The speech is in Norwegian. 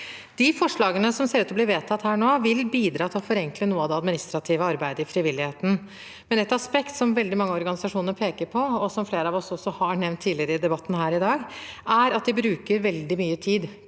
De forslagene som ser ut til å bli vedtatt her i dag, vil bidra til å forenkle noe av det administrative arbeidet i frivilligheten, men et aspekt som veldig mange organisasjoner peker på, og som flere av oss også har nevnt tidligere i debatten her i dag, er at de bruker veldig mye tid